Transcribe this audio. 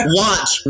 watch